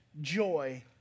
joy